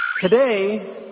Today